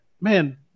man